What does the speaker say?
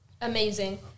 Amazing